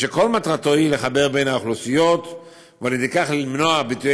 שכל מטרתו היא לחבר בין האוכלוסיות ועל ידי כך למנוע ביטויי